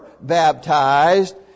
baptized